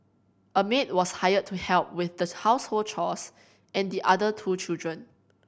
a maid was hired to help with the household chores and the other two children